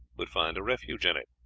would find a refuge in it.